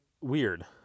weird